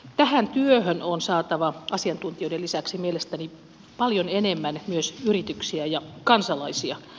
tähän työhön on saatava asiantuntijoiden lisäksi mielestäni paljon enemmän myös yrityksiä ja kansalaisia